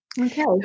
Okay